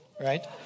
right